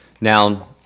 Now